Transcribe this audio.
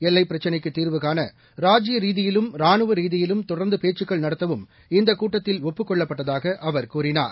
எல்லைப் பிரச்சினைக்கு தீர்வு காண ராஜீய ரீதியிலும் ராணுவ ரீதியிலும் தொடர்ந்து பேச்சுக்கள் நடத்தவும் இந்தக் கூட்டத்தில் ஒப்புக் கொள்ளப்பட்டதாக அவர் கூறினார்